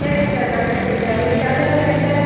சரி டீச்சர் கண்டிப்பாக டீச்சர் நீங்கள் சேத்துவிடுங்க டீச்சர்